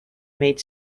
meid